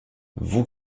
vous